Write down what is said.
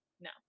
no